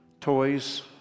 toys